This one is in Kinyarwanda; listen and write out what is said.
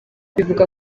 bivugwa